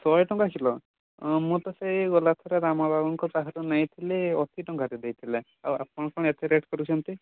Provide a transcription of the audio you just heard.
ଶହେ ଟଙ୍କା କିଲୋ ମୁଁ ତ ସେଇ ଗଲାଥର ରାମବାବୁଙ୍କ ପାଖରୁ ନେଇଥିଲି ଅଶୀ ଟଙ୍କାରେ ଦେଇଥିଲେ ଆଉ ଆପଣ କ'ଣ ଏତେ ରେଟ୍ କରୁଛନ୍ତି